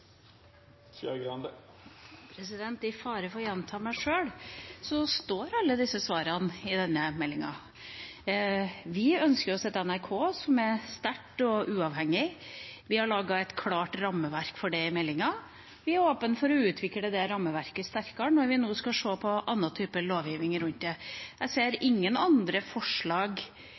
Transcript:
fare for å gjenta meg sjøl: Alle disse svarene står i denne meldinga. Vi ønsker oss et NRK som er sterkt og uavhengig. Vi har laget et klart rammeverk for det i meldinga. Vi er åpne for å utvikle det rammeverket sterkere når vi nå skal se på annen type lovgivning rundt det. Jeg ser ingen andre forslag